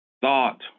thought